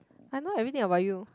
I know everything about you